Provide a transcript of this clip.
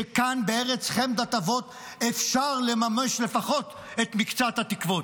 שכאן בארץ חמדת אבות אפשר לממש לפחות את מקצת התקוות.